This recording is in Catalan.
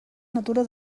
natura